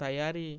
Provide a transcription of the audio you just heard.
తయారి